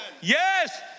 Yes